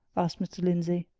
asked mr. lindsey.